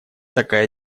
такая